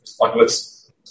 onwards